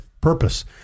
purpose